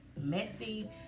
messy